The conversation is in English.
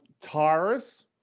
Tyrus